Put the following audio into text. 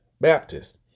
Baptists